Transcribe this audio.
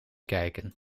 kijken